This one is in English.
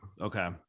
Okay